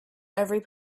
every